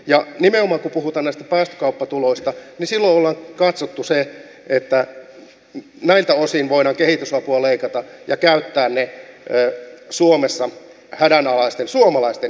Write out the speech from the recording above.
ja nimenomaan kun puhutaan näistä päästökauppatuloista silloin ollaan katsottu se että näiltä osin voidaan kehitysapua leikata ja käyttää ne rahat suomessa hädänalaisten suomalaisten hyväksi